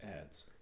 ads